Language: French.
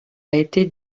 été